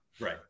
Right